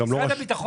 הם גם היו אצלנו.